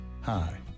Hi